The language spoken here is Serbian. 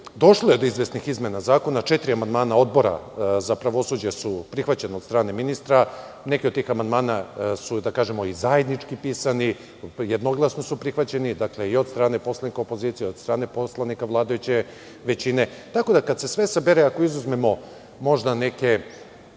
došlo je do izvesnih izmena zakona. Četiri amandmana Odbora za pravosuđe su prihvaćena od strane ministra. Neki od tih amandmana su i zajednički pisani, jednoglasno su prihvaćeni i od strane poslanika opozicije, od strane poslanika vladajuće većine, tako da kada se sve sabere, ako izuzmemo možda neke